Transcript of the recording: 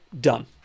Done